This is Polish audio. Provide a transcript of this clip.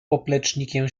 poplecznikiem